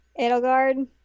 Edelgard